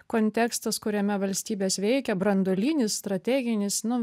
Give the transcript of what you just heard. kontekstas kuriame valstybės veikia branduolinis strateginis nu